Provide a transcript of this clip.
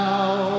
Now